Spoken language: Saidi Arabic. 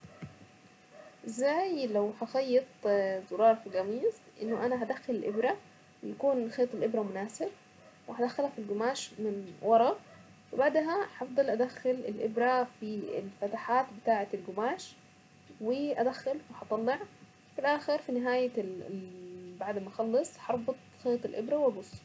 ازاي لو هخيط زرار في القميص انه انا هدخل الابرة يكون خيط الابرة مناسب وهدخلها في القماش من ورا وبعدها هفضل ادخل الابرة في الفتحات بتاعة القماش وادخل وهطلع في الاخر في نهاية بعد ما اخل هربط خيط الابرة وابص.